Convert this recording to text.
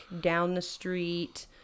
down-the-street